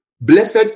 Blessed